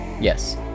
Yes